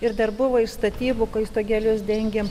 ir dar buvo iš statybų kai stogelius dengėm